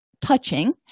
touching